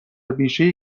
بیشهای